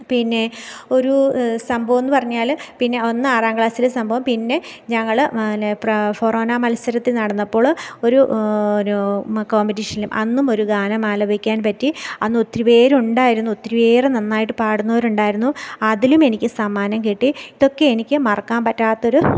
പിന്നെ ഒരു സംഭവം എന്ന് പറഞ്ഞാൽ പിന്നെ ഒന്ന് ആറാം ക്ലാസ്സിലെ സംഭവം പിന്നെ ഞങ്ങൾ പിന്നെ ഫൊറാന മത്സരത്തിൽ നടന്നപ്പോൾ ഒരു ഒരു കോമ്പറ്റീഷനിലും അന്നും ഒരു ഗാനം ആലപിക്കാൻ പറ്റി അന്ന് ഒത്തിരി പേർ ഉണ്ടായിരുന്നു ഒത്തിരിയേറെ നന്നായിട്ട് പാടുന്നവർ ഉണ്ടായിരുന്നു അതിലും എനിക്ക് സമ്മാനം കിട്ടി ഇതൊക്കെ എനിക്ക് മറക്കാൻ പറ്റാത്തൊരു